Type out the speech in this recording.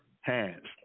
hands